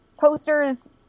posters